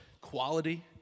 quality